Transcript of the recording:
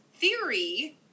theory